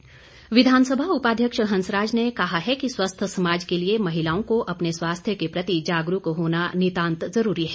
हंसराज विधानसभा उपाध्यक्ष हंसराज ने कहा है कि स्वस्थ समाज के लिए महिलाओं का अपने स्वास्थ्य के प्रति जागरूक होना नितांत जरूरी है